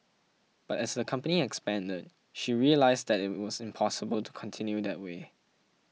but as the company expanded she realised that it was impossible to continue that way